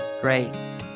Great